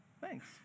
Thanks